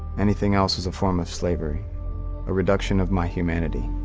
anything else is a form of slavery a reduction of my humanity.